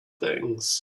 things